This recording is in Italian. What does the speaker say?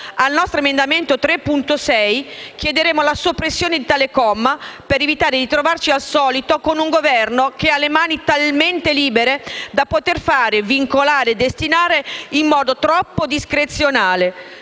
il nostro emendamento 3.6 chiediamo la soppressione di tale comma, per evitare di trovarci, al solito, con un Governo che ha le mani talmente libere da poter fare, vincolare e destinare in modo troppo discrezionale.